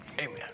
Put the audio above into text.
Amen